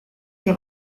que